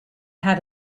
had